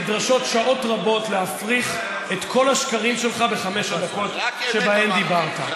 נדרשות שעות רבות להפריך את כל השקרים שלך בחמש הדקות שבהן דיברת.